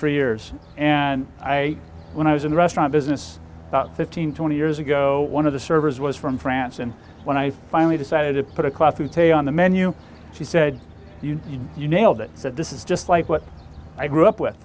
for years and i when i was in the restaurant business about fifteen twenty years ago one of the servers was from france and when i finally decided to put a cloth to say on the menu she said you nailed it that this is just like what i grew up with